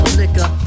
liquor